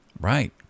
Right